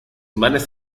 imanes